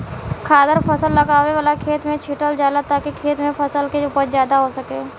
खादर फसल लगावे वाला खेत में छीटल जाला ताकि खेत में फसल के उपज ज्यादा हो सके